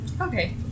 Okay